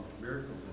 miracles